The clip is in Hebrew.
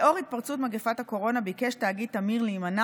לאור התפרצות מגפת הקורונה ביקש תאגיד תמיר להימנע